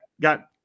got